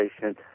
patient